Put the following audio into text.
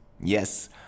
Yes